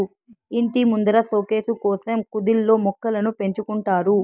ఇంటి ముందర సోకేసు కోసం కుదిల్లో మొక్కలను పెంచుకుంటారు